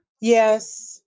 Yes